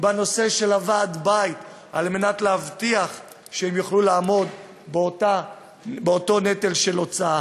בנושא של ועד הבית כדי להבטיח שיוכלו לעמוד באותו נטל של הוצאה.